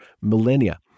millennia